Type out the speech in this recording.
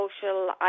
social